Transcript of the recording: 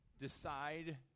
decide